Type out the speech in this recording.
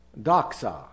doxa